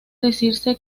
decirse